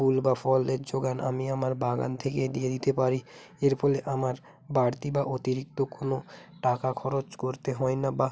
ফুল বা ফলের যোগান আমি আমার বাগান থেকেই দিয়ে দিতে পারি এর ফলে আমার বাড়তি বা অতিরিক্ত কোন টাকা খরচ করতে হয় না বা